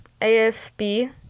AFB